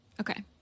Okay